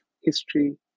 History